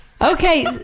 Okay